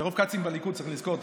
מרוב כצים בליכוד צריך לזכור,